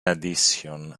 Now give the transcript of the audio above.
addition